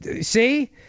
See